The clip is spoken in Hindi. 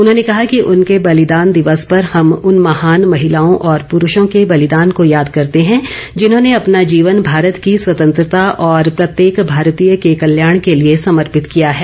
उन्होंने कहा कि उनके बलिदान दिवस पर हम उन महान महिलाओं और प्रुषों को बलिदान को याद करते हैं जिन्होंने अपना जीवन भारत की स्वतंत्रता और प्रत्येक भारतीय के कल्याण के लिए समर्पित किया है